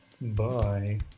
Bye